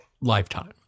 lifetime